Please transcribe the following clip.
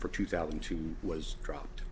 for two thousand two was dropped